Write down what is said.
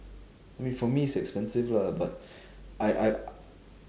I mean for me it's expensive lah but I I